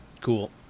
cool